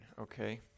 okay